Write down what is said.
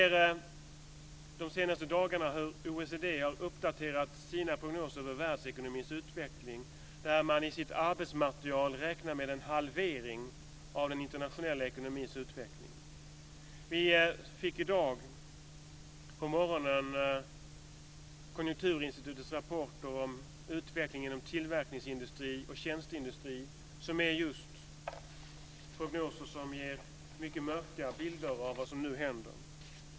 De senaste dagarna har OECD uppdaterat sina prognoser över världsekonomins utveckling. I sitt arbetsmaterial räknar man med en halvering av den internationella ekonomins utveckling. I dag på morgonen fick vi Konjunkturinstitutets rapporter om utvecklingen inom tillverkningsindustrin och tjänsteindustrin. Det är prognoser som ger mycket mörka bilder av vad som nu händer.